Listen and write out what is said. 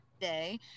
day